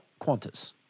Qantas